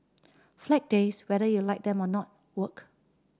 Flag Days whether you like them or not work